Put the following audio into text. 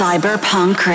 Cyberpunk